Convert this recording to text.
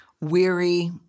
weary